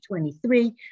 23